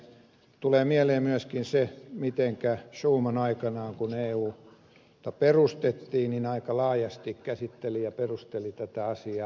tulee mieleen myöskin se mitenkä schuman aikanaan kun euta perustettiin aika laajasti käsitteli ja perusteli tätä asiaa